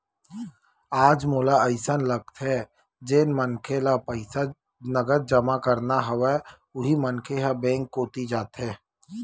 आज मोला अइसे लगथे जेन मनखे ल पईसा नगद जमा करना हवय उही मनखे ह बेंक कोती जाथे